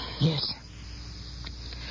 Yes